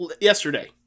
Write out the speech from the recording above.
yesterday